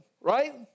right